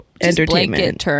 entertainment